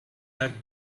have